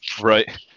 Right